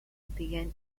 began